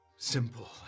simple